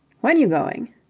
when you going?